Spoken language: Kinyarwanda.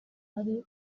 ari